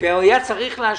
והיה צריך להשלים,